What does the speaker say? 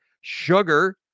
Sugar